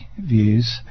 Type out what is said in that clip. views